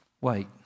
wait